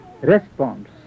response